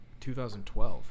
2012